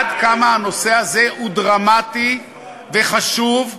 נתתי לכם רק תמונה עד כמה הנושא הזה הוא דרמטי וחשוב ורלוונטי.